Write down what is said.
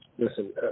Listen